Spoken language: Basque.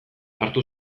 hartu